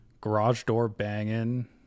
garage-door-banging